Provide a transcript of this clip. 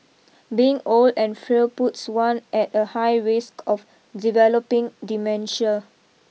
being old and frail puts one at a high risk of developing dementia